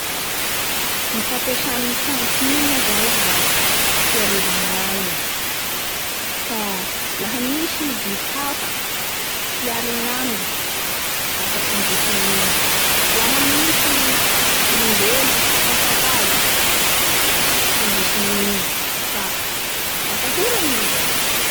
Ny fampiasany ny tandrokin'nio moa zay la fierova ngainy, ka laha misy biby hafa hialy agnaminy lafa trongisony an'iny, laha misy olombeo mitsapatsapa azy a trongisony an'iny fa atahorany moa zay.